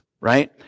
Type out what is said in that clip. Right